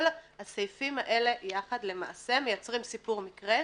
כל הסעיפים האלה יחד למעשה מייצרים סיפור מקרה,